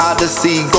Odyssey